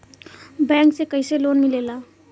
Bank से कइसे loan मिलेला?